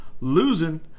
losing